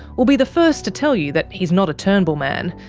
will be the first to tell you that he's not a turnbull man,